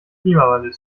klimawandel